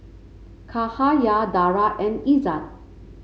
Cahaya Dara and Izzat